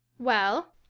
well,